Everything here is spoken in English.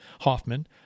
Hoffman